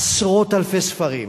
עשרות אלפי ספרים,